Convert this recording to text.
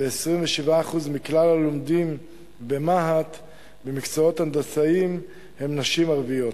ו-27% מכלל הלומדים במה"ט במקצועות הנדסיים הן נשים ערביות,